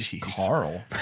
Carl